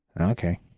okay